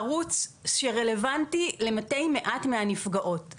האפיק הפלילי הוא ערוץ שרלוונטי למעטי מעט מהנפגעות,